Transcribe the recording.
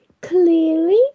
clearly